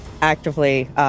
actively